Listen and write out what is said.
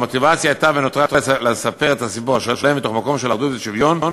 המוטיבציה הייתה ונותרה לספר את הסיפור השלם ממקום של אחדות ושוויון,